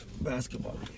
basketball